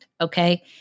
Okay